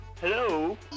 Hello